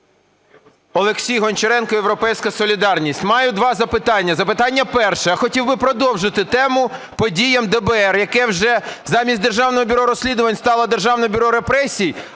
Олексій Гончаренко, "Європейська солідарність". Маю два запитання. Запитання перше. Я хотів би продовжити тему по діям ДБР, яке вже замість Державного бюро розслідувань стало "державним бюро репресій",